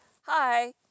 hi